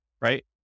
right